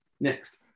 Next